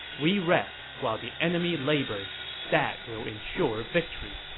we rest while the enemy labors that will ensure victory.